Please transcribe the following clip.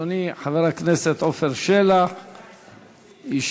אדוני חבר הכנסת עפר שלח ישאל